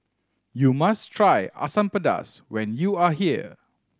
you must try Asam Pedas when you are here